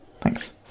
Thanks